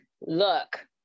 look